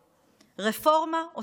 רפורמה.